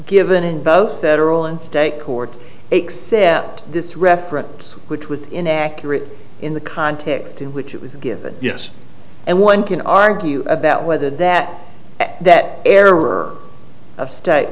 given in both federal and state courts except this reference which was inaccurate in the context in which it was given yes and one can argue about whether that that error of state